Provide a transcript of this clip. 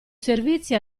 servizi